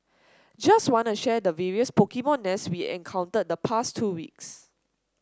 just wanna share the various Pokemon nests we encountered the past two weeks